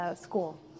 School